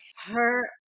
Her-